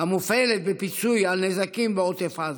המופעלת בפיצוי על נזקים בעוטף עזה.